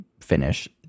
finish